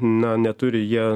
na neturi jie